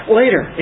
later